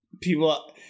people